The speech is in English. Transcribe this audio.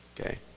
Okay